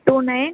two nine